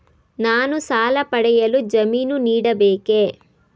ನಾನು ಸಾಲ ಪಡೆಯಲು ಜಾಮೀನು ನೀಡಬೇಕೇ?